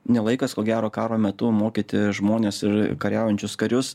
ne laikas ko gero karo metu mokyti žmones ir kariaujančius karius